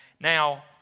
Now